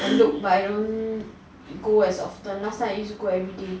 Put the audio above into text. look but I don't go as often last time I used to go everyday